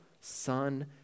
son